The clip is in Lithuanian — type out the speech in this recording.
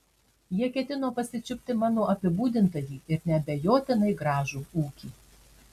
jie ketino pasičiupti mano apibūdintąjį ir neabejotinai gražų ūkį